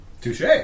Touche